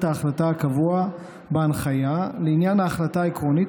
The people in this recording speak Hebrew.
ההחלטה הקבוע בהנחיה לעניין ההחלטה העקרונית,